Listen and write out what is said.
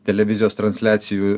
televizijos transliacijų